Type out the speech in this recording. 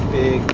big